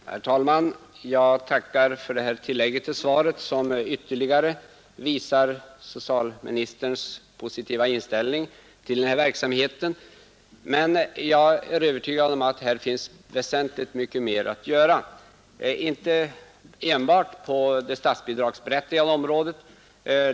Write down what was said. Herr talman! Jag tackar för det här tillägget till svaret, som ytterligare visar socialministerns positiva inställning till denna verksamhet. Men jag är övertygad om att här finns väsentligt mycket mer att göra, inte enbart på det statsbidragsberättigade området.